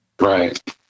Right